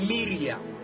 Miriam